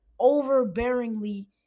overbearingly